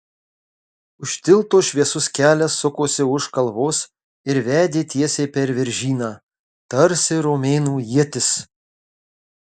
už tilto šviesus kelias sukosi už kalvos ir vedė tiesiai per viržyną tarsi romėnų ietis